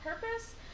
purpose